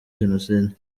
jenoside